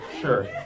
sure